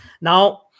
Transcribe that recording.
Now